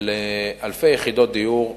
של אלפי יחידות דיור.